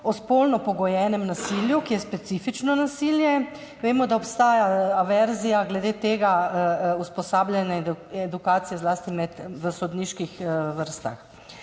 o spolno pogojenem nasilju, ki je specifično nasilje? Vemo, da obstaja averzija glede tega usposabljanja in edukacij, zlasti v sodniških vrstah.